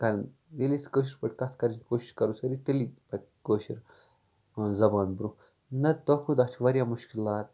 کرٕنۍ ییٚلہِ أسۍ کٲشِر پٲٹھۍ کَتھ کرنٕچ کوٗشِش کرو سٲری تیٚلی پَکہِ کٲشُر کانٛہہ زَبان برونٛہہ نہ تہٕ دۄہ کھۄتہٕ دۄہ چھِ واریاہ مُشکِلات